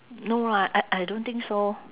no lah I I don't think so